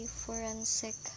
forensic